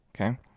Okay